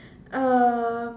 um